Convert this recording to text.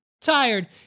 tired